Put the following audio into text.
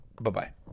Bye-bye